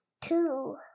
Two